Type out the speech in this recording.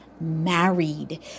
married